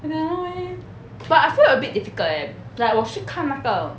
I don't know eh but I feel a bit difficult eh like 我去看那个